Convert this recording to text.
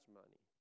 money